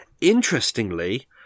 interestingly